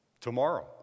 Tomorrow